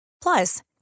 Plus